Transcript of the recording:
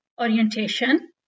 orientation